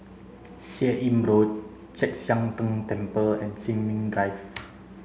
Seah Im Road Chek Sian Tng Temple and Sin Ming Drive